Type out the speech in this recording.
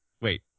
wait